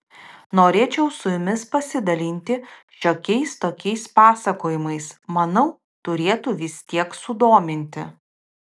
norėčiau su jumis pasidalinti šiokiais tokiais pasakojimais manau turėtų vis tiek sudominti